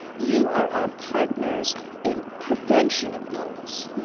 you are our partners in prevention of illness,